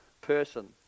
person